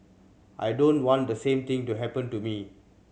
I don't want the same thing to happen to me